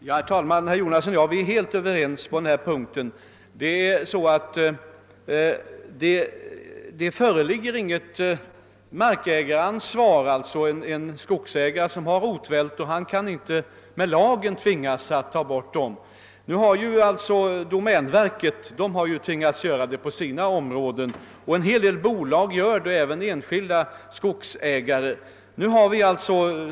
Herr talman! Herr Jonasson och jag är helt överens på den här punkten. Det föreligger inget markägaransvar. En skogsägare som har rotvältor på sin mark kan inte med lagens hjälp tvingas att ta bort dem. Domänverket har gjort det på sina områden, och en hel del bolag och enskilda skogsägare gör det.